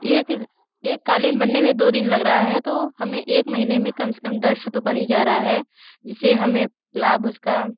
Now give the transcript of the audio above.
एक एक क़ालीन बनने में दो दिन लग रहा है तो हमें एक महीने में कम से कम दस ठू तो बन ही जा रहा है जिससे हमें लाभ उसका